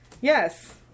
Yes